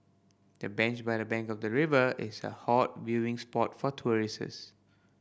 the bench by the bank of the river is a hot viewing spot for tourists